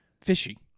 Fishy